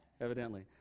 Evidently